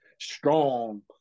strong